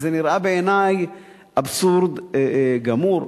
וזה נראה בעיני אבסורד גמור.